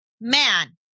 man